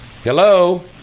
Hello